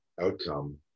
outcome